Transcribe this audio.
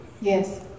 Yes